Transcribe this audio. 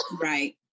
Right